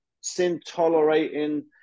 sin-tolerating